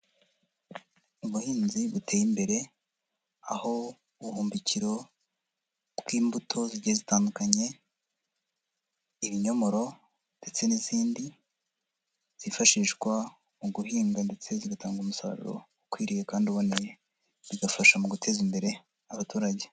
Ubuhinzi buteye imbere, aho ubuhumbikiro bw'imbuto zigiye zitandukanye, ibinyomoro ndetse n'izindi zifashishwa mu guhinga ndetse zigatanga umusaruro ukwiriye kandi uboneye, bigafasha mu guteza imbere abaturage.